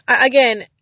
again